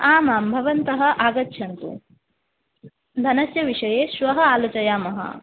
आम् आं भवन्तः आगच्छन्तु धनस्य विषये श्वः आलोचयामः